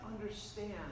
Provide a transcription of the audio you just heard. understand